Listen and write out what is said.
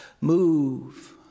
move